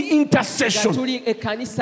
intercession